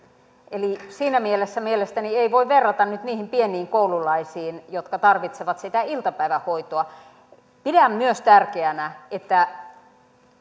eli siinä mielessä mielestäni ei voi verrata nyt niihin pieniin koululaisiin jotka tarvitsevat sitä iltapäivähoitoa pidän myös tärkeänä että